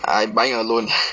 I buying alone